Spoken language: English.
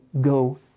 go